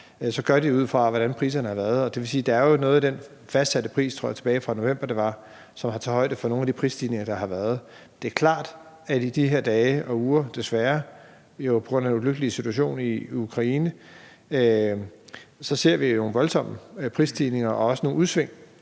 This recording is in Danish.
de det jo ud fra, hvordan priserne har været, og det vil sige, at man i den pris, der blev fastsat i november, tror jeg det var, har taget højde for nogle af de prisstigninger, der har været. Det er klart, at i de her dage og uger ser vi jo desværre på grund af den ulykkelige situation i Ukraine nogle voldsomme prisstigninger og også nogle udsving.